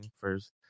first